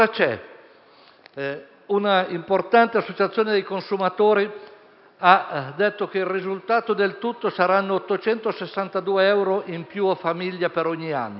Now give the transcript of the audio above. Una importante associazione dei consumatori ha detto che il risultato del tutto saranno 862 euro in più a famiglia per ogni anno.